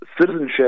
Citizenship